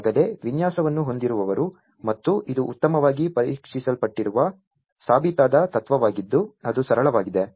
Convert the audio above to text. ಈಗಾಗಲೇ ವಿನ್ಯಾಸವನ್ನು ಹೊಂದಿರುವವರು ಮತ್ತು ಇದು ಉತ್ತಮವಾಗಿ ಪರೀಕ್ಷಿಸಲ್ಪಟ್ಟಿರುವ ಸಾಬೀತಾದ ತತ್ವವಾಗಿದ್ದು ಅದು ಸರಳವಾಗಿದೆ